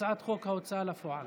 הצעת חוק ההוצאה לפועל.